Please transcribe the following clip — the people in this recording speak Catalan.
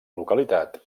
localitat